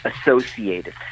associated